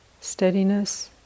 steadiness